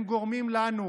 הם גורמים לנו,